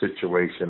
situation